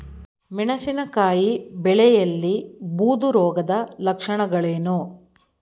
ಮೆಣಸಿನಕಾಯಿ ಬೆಳೆಯಲ್ಲಿ ಬೂದು ರೋಗದ ಲಕ್ಷಣಗಳೇನು?